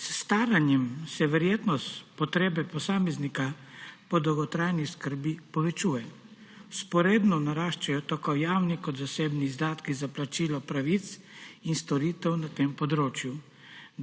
S staranjem se verjetnost potreba posameznika po dolgotrajni oskrbi povečujejo. Vzporedno naraščajo tako javni kot zasebni izdatki za plačilo pravic in storitev na tem področju.